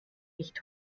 nicht